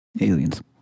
Aliens